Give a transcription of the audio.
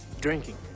Drinking